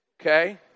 okay